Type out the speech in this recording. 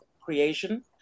creation